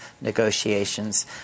negotiations